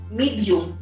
medium